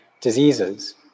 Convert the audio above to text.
diseases